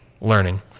learning